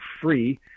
free